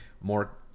more